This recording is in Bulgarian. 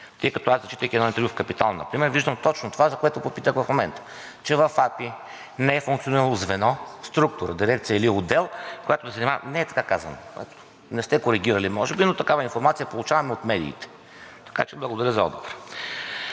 Тъй като аз, зачитайки едно интервю в „Капитал“, виждам точно това, за което попитах в момента, че в АПИ не е функционирало звено, структура – дирекция или отдел, която да се занимава. Не е, така казано, не сте коригирали може би, но такава информация получаваме от медиите. Така че благодаря за отговора.